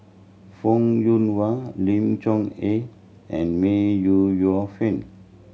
Fong Yoon Wah Lim Chong Eh and May Yu Yo Fen